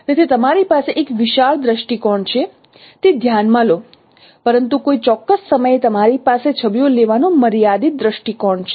તેથી તમારી પાસે એક વિશાળ દૃષ્ટિકોણ છે તે ધ્યાન માં લો પરંતુ કોઈ ચોક્કસ સમયે તમારી પાસે છબીઓ લેવાનો મર્યાદિત દૃષ્ટિકોણ છે